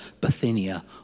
Bithynia